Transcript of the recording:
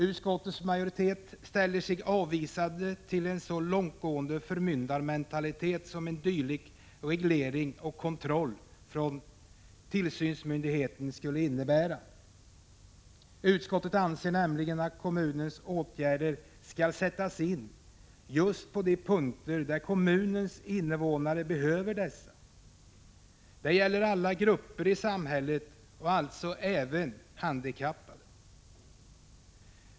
Utskottets majoritet ställer sig avvisande till en så långtgående förmyndarmentalitet som en dylik reglering och kontroll från tillsynsmyndigheten skulle innebära. Utskottet anser nämligen att kommunens åtgärder skall sättas in just på de punkter där kommunens invånare behöver dessa. Det gäller alla grupper i samhället och alltså även handikappade.